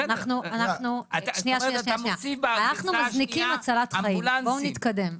אתה אומר שאתה מוסיף בגרסה השנייה אמבולנסים.